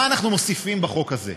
מה אנחנו מוסיפים בחוק הזה?